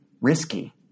risky